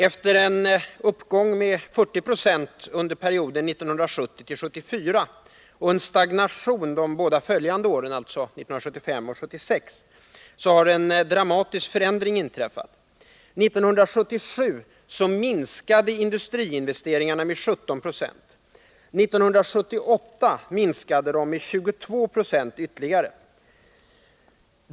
Efter en uppgång med 40 26 under 1970-1974 och en stagnation de båda följande åren, alltså 1975 och 1976, har en dramatisk förändring inträffat. 1977 minskade industriinvesteringarna med 17 26. 1978 minskade de med 22 9 ytterligare.